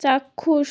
চাক্ষুষ